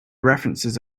references